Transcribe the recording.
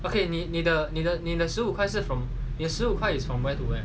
but can you need 你的你的你的十五块 is from where to where